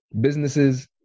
businesses